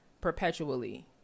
perpetually